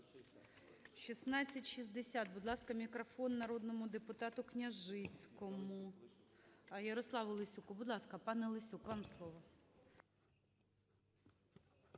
1660. Будь ласка, мікрофон народному депутатуКняжицькому. А, Ярославу Лесюку. Будь ласка, пане Лесюк, вам слово.